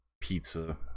pizza